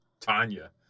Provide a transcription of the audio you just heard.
Tanya